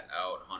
out